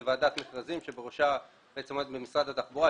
זאת ועדת מכרזים במשרד התחבורה,